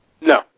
No